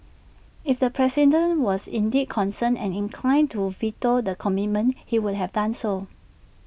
if the president was indeed concerned and inclined to veto the commitment he would have done so